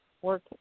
Work